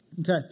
Okay